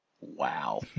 Wow